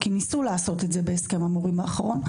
ניסו לעשות את זה בהסכם המורים האחרון.